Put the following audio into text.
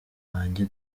banjye